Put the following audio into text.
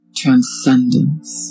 transcendence